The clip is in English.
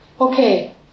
Okay